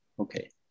Okay